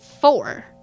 four